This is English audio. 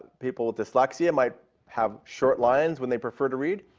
people with dyslexia, might have short lines when they prefer to read.